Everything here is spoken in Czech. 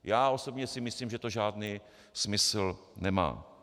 Já osobně si myslím, že to žádný smysl nemá.